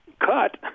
cut